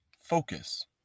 Focus